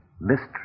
Mystery